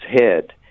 head